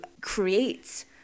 create